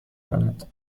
کند